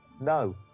No